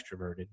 extroverted